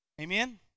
Amen